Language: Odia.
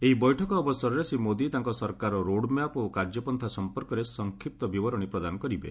ଏହି ବୈଠକ ଅବସରରେ ଶ୍ରୀ ମୋଦି ତାଙ୍କ ସରକାରର ରୋଡ୍ ମ୍ୟାପ୍ ଓ କାର୍ଯ୍ୟପନ୍ତା ସଂପର୍କରେ ସଂକ୍ଷିପ୍ତ ବିବରଣୀ ପ୍ରଦାନ କରିବେ